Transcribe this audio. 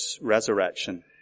resurrection